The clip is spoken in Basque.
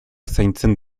zaintzen